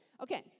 okay